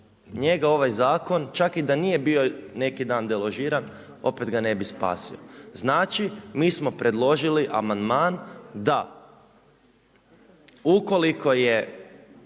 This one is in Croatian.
Njega ovaj zakon čak i da nije bio neki dan deložiran opet ga ne bi spasio. Znači mi smo predložili amandman da ukoliko je